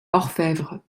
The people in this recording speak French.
orfèvres